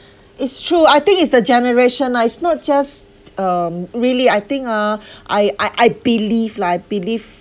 it's true I think it's the generation ah it's not just um really I think ah I I I believe lah I believe